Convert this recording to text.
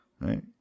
right